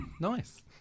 nice